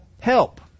help